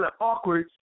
awkward